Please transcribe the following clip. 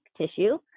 tissue